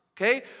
Okay